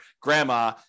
grandma